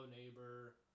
Neighbor